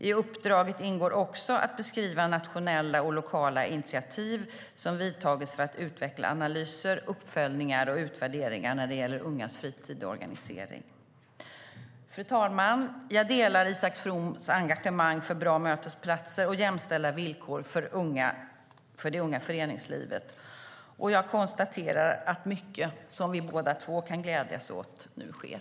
I uppdraget ingår också att beskriva nationella och lokala initiativ som vidtagits för att utveckla analyser, uppföljningar och utvärderingar när det gäller ungas fritid och organisering. Fru talman! Jag delar Isak Froms engagemang för bra mötesplatser och jämställda villkor för det unga föreningslivet, och jag konstaterar att mycket som vi båda två kan glädjas åt nu sker.